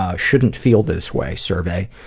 ah shouldn't feel this way survey.